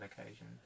occasion